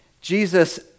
Jesus